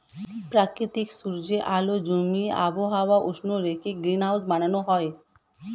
প্রাকৃতিক সূর্যের আলো জমিয়ে আবহাওয়া উষ্ণ রেখে গ্রিনহাউস বানানো হয়